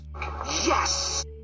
Yes